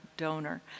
donor